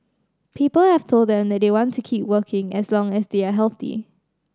people have told him that they want to keep working as long as they are healthy